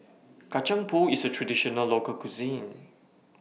Kacang Pool IS A Traditional Local Cuisine